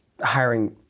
hiring